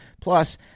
Plus